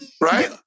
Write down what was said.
Right